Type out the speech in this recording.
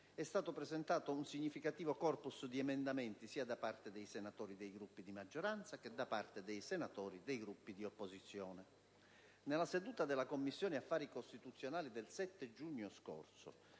è stato presentato un significativo *corpus* di emendamenti, sia da parte di senatori dei Gruppi di maggioranza che da parte di senatori dei Gruppi di opposizione. Nella seduta della Commissione affari costituzionali del 7 giugno scorso